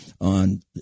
on